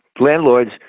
landlords